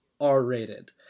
R-rated